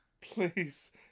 Please